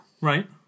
Right